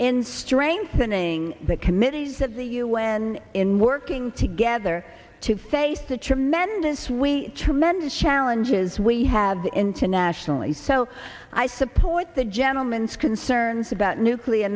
in strengthening the committees of the u n in working together to face the tremendous we tremendous challenges we have internationally so i support the gentleman skin cern's about nuclear